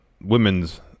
women's